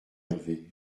hervé